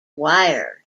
wired